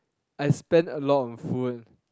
I spend a lot on food